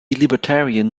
libertarian